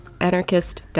anarchist